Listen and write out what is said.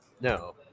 no